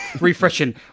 refreshing